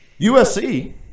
USC